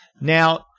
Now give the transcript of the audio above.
Now